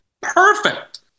perfect